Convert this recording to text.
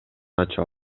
ачып